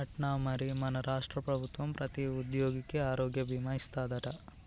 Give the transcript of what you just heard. అట్నా మరి మన రాష్ట్ర ప్రభుత్వం ప్రతి ఉద్యోగికి ఆరోగ్య భీమా ఇస్తాదట